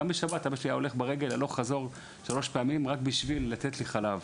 גם בשבת אבא שלי היה הולך ברגל הלוך חזור שלוש פעמים רק כדי לתת לי חלב.